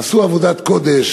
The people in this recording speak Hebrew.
עשו עבודת קודש.